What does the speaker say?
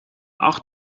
acht